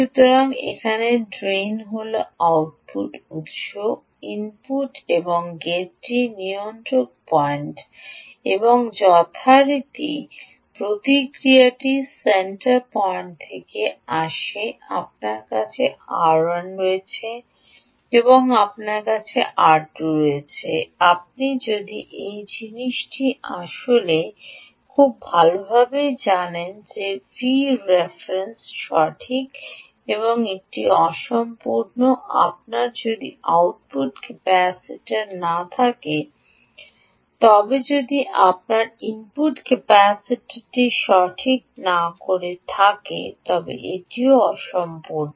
সুতরাং এখন ড্রেন হল আউটপুট উত্স হল ইনপুট এবং গেটটি নিয়ন্ত্রণ পয়েন্ট এবং যথারীতি প্রতিক্রিয়াটি সেন্টার পয়েন্ট থেকে আসে আপনার কাছে R1 রয়েছে আপনার কাছে R2 রয়েছে এবং আপনি এখন এই জিনিসটি খুব ভালভাবেই জানেন এটি Vref সঠিক এবং এটি অসম্পূর্ণ আপনার যদি আউটপুট ক্যাপাসিটার না থাকে তবে আপনার যদি ইনপুট ক্যাপাসিটারটি সঠিক না করে থাকে তবে এটিও অসম্পূর্ণ